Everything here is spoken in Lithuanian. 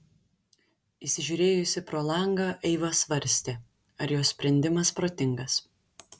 įsižiūrėjusi pro langą eiva svarstė ar jos sprendimas protingas